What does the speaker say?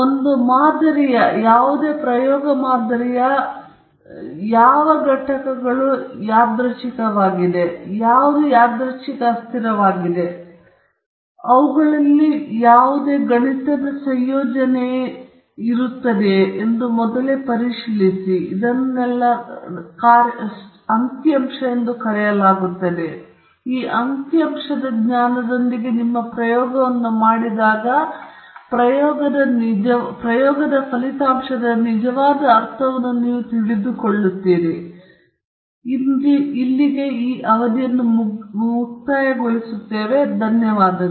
ಒಂದು ಮಾದರಿಯ ಘಟಕಗಳು ಯಾದೃಚ್ಛಿಕ ಅಸ್ಥಿರವಾಗಿದ್ದರೆ ಅವುಗಳಲ್ಲಿ ಯಾವುದೇ ಗಣಿತದ ಸಂಯೋಜನೆಯು ಯಾದೃಚ್ಛಿಕ ವೇರಿಯಬಲ್ ಆಗಿರುತ್ತದೆ ಮತ್ತು ಯಾದೃಚ್ಛಿಕ ಅಸ್ಥಿರಗಳ ಈ ಕಾರ್ಯಗಳನ್ನು ಸ್ಟಾಟಿಸ್ಟಿಕ್ಸ್ ಎಂದು ಕರೆಯಲಾಗುತ್ತದೆ